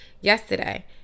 yesterday